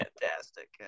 fantastic